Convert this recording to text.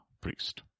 priest